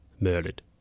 murdered